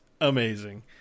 amazing